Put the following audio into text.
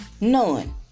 None